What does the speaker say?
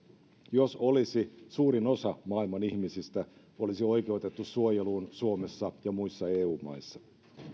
jos olisi suurin osa maailman ihmisistä olisi oikeutettuja suojeluun suomessa ja muissa eu maissa